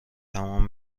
تمام